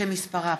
שמספרה